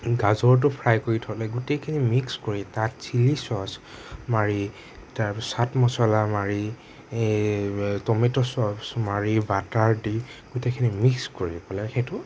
গাজৰটো fry কৰি থ'লে গোটেইখিনি মিক্স কৰি তাত চিলি চ'ছ মাৰি তাৰপা চাট মছলা মাৰি এই ট'মেট' চছ মাৰি বাটাৰ দি গোটেইখিনি মিক্স কৰি পেলাই সেইটো